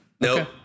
No